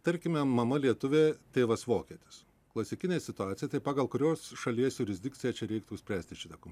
tarkime mama lietuvė tėvas vokietis klasikinė situacija tai pagal kurios šalies jurisdikciją čia reiktų spręsti šitą